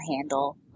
handle